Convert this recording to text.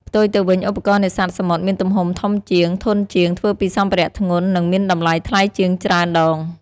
ផ្ទុយទៅវិញ ឧបករណ៍នេសាទសមុទ្រមានទំហំធំជាង ធន់ជាង ធ្វើពីសម្ភារៈធ្ងន់ និងមានតម្លៃថ្លៃជាងច្រើនដង។